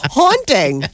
haunting